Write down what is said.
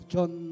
John